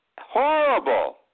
Horrible